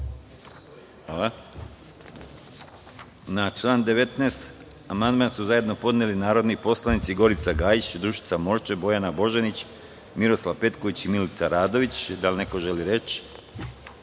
Na član 19. amandman su zajedno podneli narodni poslanici Gorica Gajić, Dušica Morčev, Bojana Božanić, Miroslav Petković i Milica Radović. Da li neko želi reč?